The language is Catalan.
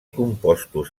compostos